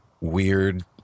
weird